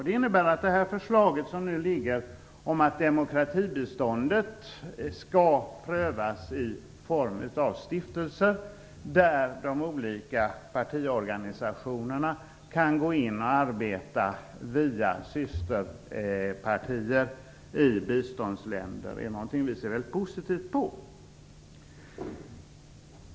Det innebär att det förslag som nu ligger om att demokratibiståndet skall prövas av stiftelser där de olika partiorganisationerna kan gå in och arbeta via systerpartier i biståndsländer är någonting som vi ser mycket positivt på.